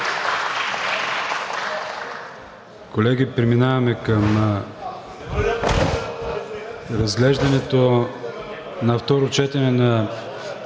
Колеги, преминаваме към разглеждането на второ четене на